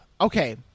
Okay